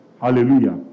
Hallelujah